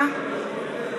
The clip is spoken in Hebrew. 27. זהו הישג,